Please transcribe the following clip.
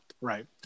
right